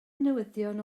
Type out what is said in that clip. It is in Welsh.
newyddion